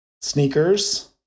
Sneakers